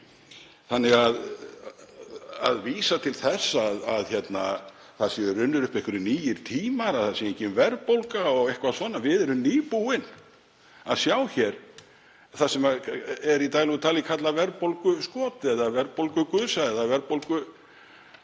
á. Að vísa til þess að það séu runnir upp einhverjir nýir tímar, að það sé engin verðbólga og eitthvað svona — við erum nýbúin að sjá hér það sem er í daglegu tali kallað verðbólguskot eða verðbólgugusa eða verðbólguhrina